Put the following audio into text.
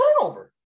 turnover